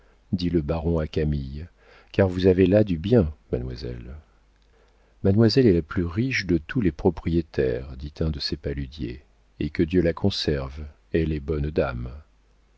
dit le baron à camille car vous avez là du bien mademoiselle mademoiselle est la plus riche de tous les propriétaires dit un de ces paludiers et que dieu la conserve elle est bonne dame